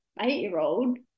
eight-year-old